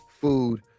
food